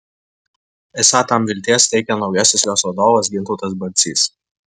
esą tam vilties teikia naujasis jos vadovas gintautas barcys